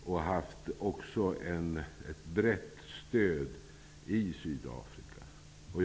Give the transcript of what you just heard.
De har också haft ett brett stöd i Sydafrika.